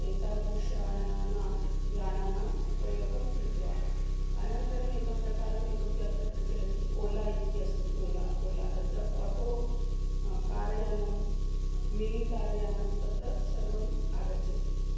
एतादृशानां यानानाम् उपयोगं कृत्वा अनन्तरम् एकं प्रकारम् इतोपि अत्र प्रचलति ओला इति अस्ति ओला ओला तत्र आटो कारयानं मिनि कारयानं तत्र सर्वम् आगच्छति